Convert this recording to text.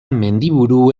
mendiburu